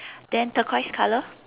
then turquoise color